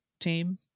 team